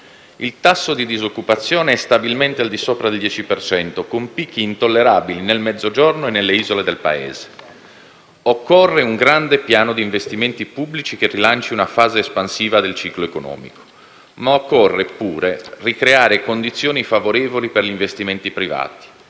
Il tasso di disoccupazione è stabilmente al di sopra del 10 per cento, con picchi intollerabili nel Mezzogiorno e nelle isole del Paese. Occorre un grande piano di investimenti pubblici che rilanci una fase espansiva del ciclo economico, ma occorre pure ricreare condizioni favorevoli per gli investimenti privati;